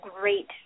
great